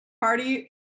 party